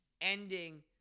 ending